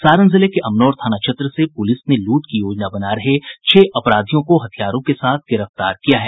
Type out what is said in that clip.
सारण जिले के अमनौर थाना क्षेत्र से पुलिस ने लूट की योजना बना रहे छह अपराधियों को हथियारों के साथ गिरफ्तार किया है